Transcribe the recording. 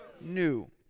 new